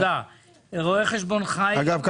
אגב,